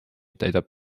täidab